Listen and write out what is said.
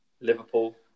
Liverpool